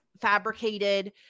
fabricated